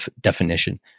definition